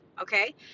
okay